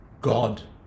God